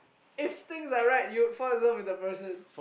if things are right you would fall in love with the person